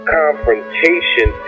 confrontation